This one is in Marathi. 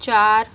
चार